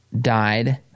died